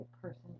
person